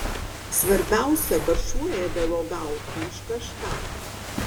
svarbiausia kad šuo ėdalo gautų už kažką